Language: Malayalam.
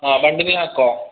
ആ വണ്ടി നീയാക്കുമോ